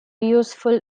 useful